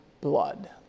blood